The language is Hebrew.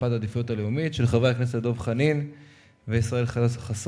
הצעות לסדר-היום מס' 1135 ו-1136 של חברי הכנסת דב חנין וישראל חסון.